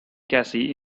cassie